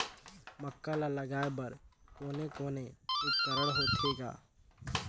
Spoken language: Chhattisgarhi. मक्का ला लगाय बर कोने कोने उपकरण होथे ग?